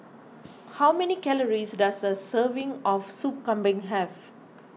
how many calories does a serving of Sup Kambing have